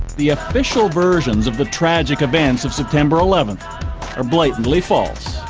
the official versions of the tragic events of september eleven are blatantly false.